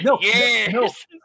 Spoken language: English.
Yes